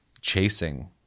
chasing